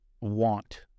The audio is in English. want